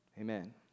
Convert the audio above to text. Amen